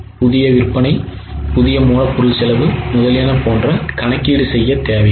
புதிய விற்பனை புதிய மூலப்பொருள் செலவு முதலியன போன்ற கணக்கீடு செய்யத் தேவையில்லை